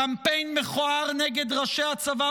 קמפיין מכוער נגד ראשי הצבא